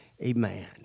Amen